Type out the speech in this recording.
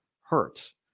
hurts